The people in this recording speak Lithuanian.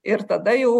ir tada jau